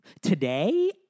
Today